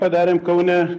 padarėm kaune